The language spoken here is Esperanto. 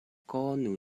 konu